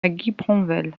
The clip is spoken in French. guipronvel